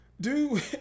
Dude